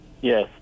Yes